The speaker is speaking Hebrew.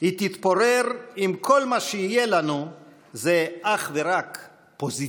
היא תתפורר אם כל מה שיהיה לנו זה אך ורק פוזיציה.